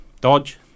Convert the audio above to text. Dodge